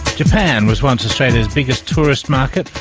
japan was once australia's biggest tourist market.